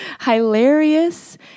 Hilarious